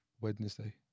Wednesday